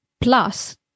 plus